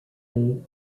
and